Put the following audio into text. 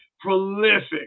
prolific